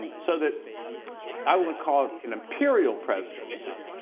so that i would call it an imperial presidency,